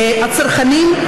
הצרכנים,